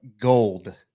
gold